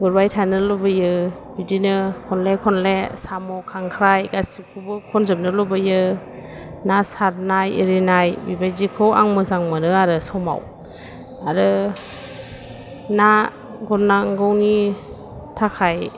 गुरबाय थानो लुबैयो बिदिनो खनले खनले साम' खांख्राय गासैखौबो खनजोबनो लुबैयो ना सारनाय एरिनाय बेबादिखौ आं मोजां मोनो आरो समाव आरो ना गुरनांगौनि थाखाय